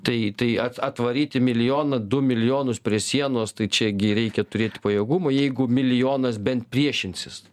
tai tai at atvaryti milijoną du milijonus prie sienos tai čia gi reikia turėti pajėgumo jeigu milijonas bent priešinsis